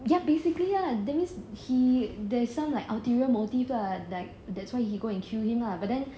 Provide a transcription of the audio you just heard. ya basically lah that means he there's some like ulterior motive lah like that's why he go and kill him lah but then